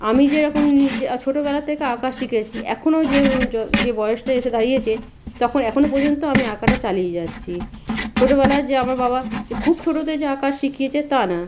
আমি যেরকম নিজে ছোটোবেলার থেকে আঁকা শিখেছি এখনো যেউ যে বয়েসটা এসে দাঁড়িয়েছে স্তখন এখনো পর্যন্ত আমি আঁকাটা চালিয়ে যাচ্ছি ছোটোবেলায় যে আমার বাবা যে খুব ছোটোতে যে আঁকা শিখিয়েছে তা না